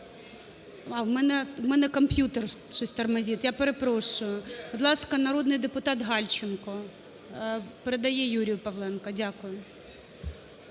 в мене комп'ютер щось тормозить, я перепрошую. Будь ласка, народний депутат Гальченко. Передає Юрію Павленку. Дякую.